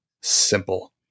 simple